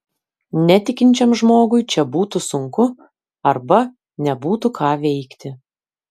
netikinčiam žmogui čia būtų sunku arba nebūtų ką veikti